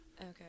okay